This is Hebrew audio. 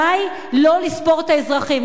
די לא לספור את האזרחים.